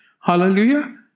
Hallelujah